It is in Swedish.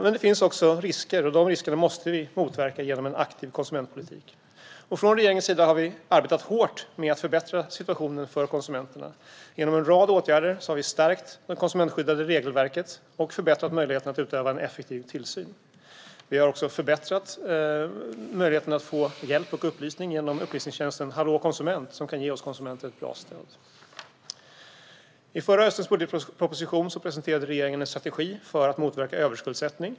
Men det finns också risker, och dessa risker måste vi motverka genom en aktiv konsumentpolitik. Vi från regeringen har arbetat hårt med att förbättra situationen för konsumenterna. Genom en rad åtgärder har vi stärkt det konsumentskyddande regelverket och förbättrat möjligheterna att utöva en effektiv tillsyn. Vi har också förbättrat möjligheten att få hjälp och upplysning genom upplysningstjänsten Hallå konsument som kan ge oss konsumenter ett bra stöd. I förra höstens budgetproposition presenterade regeringen en strategi för att motverka överskuldsättning.